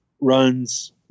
runs